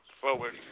forward